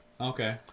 Okay